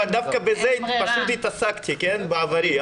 אבל דווקא בזה פשוט התעסקתי בעברי,